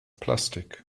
plastik